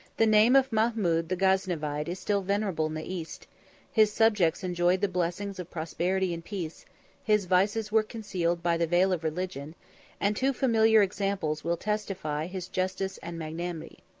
the name of mahmud the gaznevide is still venerable in the east his subjects enjoyed the blessings of prosperity and peace his vices were concealed by the veil of religion and two familiar examples will testify his justice and magnanimity.